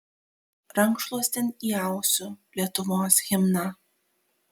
rankšluostin įausiu lietuvos himną